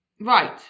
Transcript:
Right